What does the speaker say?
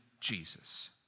Jesus